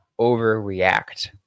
overreact